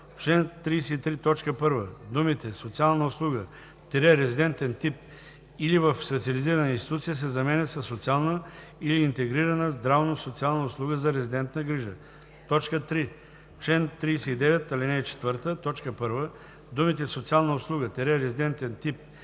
10, т. 1 думите „социална услуга – резидентен тип, или в специализирана институция“ се заменят със „социална или интегрирана здравно-социална услуга за резидентна грижа“. 2. В чл. 33, т. 1 думите „социална услуга – резидентен тип,